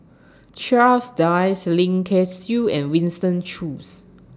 Charles Dyce Lim Kay Siu and Winston Choos